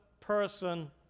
person